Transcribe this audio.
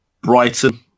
Brighton